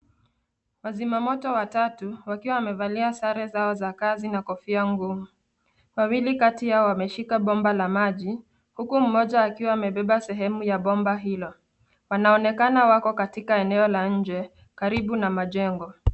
Wazima moto watatu wakiwa wamevalia sare zao za kazi na kofia ngumu. Wawili kati yao wameshika bomba la maji huku mmoja akiwa amebeba sehemu ya bomba hilo. Wanaonekana wako katika eneo la nje karibu na majengo.